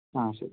ആ ശരി